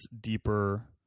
deeper